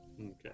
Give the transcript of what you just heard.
Okay